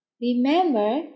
Remember